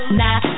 nah